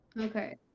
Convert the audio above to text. okay